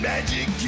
Magic